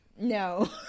No